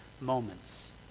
moments